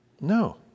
No